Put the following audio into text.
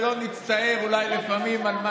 ולא נצטער אולי לפעמים על מה